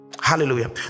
hallelujah